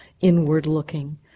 inward-looking